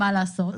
מה לעשות,